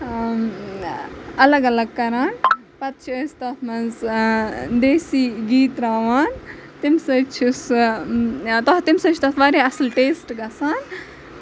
الگ الگ کران پَتہٕ چھِ أسۍ تَتھ منٛز دیسی گی ترٛاوان تَمہِ سۭتۍ چھُ سُہ تَمہِ سۭتۍ چھُ تَتھ واریاہ اَصٕل ٹیسٹ گژھان